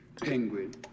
penguin